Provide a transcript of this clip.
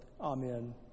Amen